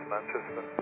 Manchester